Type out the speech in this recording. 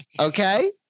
Okay